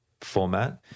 format